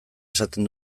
esaten